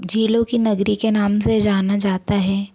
झीलों की नगरी के नाम से जाना जाता है